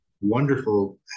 wonderful